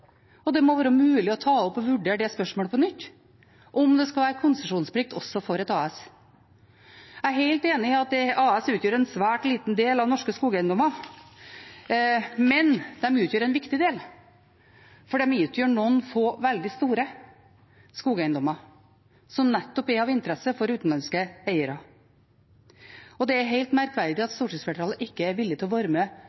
og det må være mulig å ta opp og vurdere på nytt spørsmålet om det skal være konsesjonsplikt også for et AS. Jeg er helt enig i at AS utgjør en svært liten del av norske skogeiendommer. Men de utgjør en viktig del, for de utgjør noen få veldig store skogeiendommer, som nettopp er av interesse for utenlandske eiere. Det er helt merkverdig at